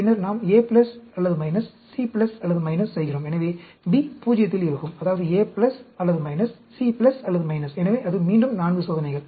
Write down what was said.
பின்னர் நாம் A அல்லது C அல்லது செய்கிறோம் மற்றும் B 0 இல் இருக்கும் அதாவது A அல்லது C அல்லது எனவே அது மீண்டும் 4 சோதனைகள்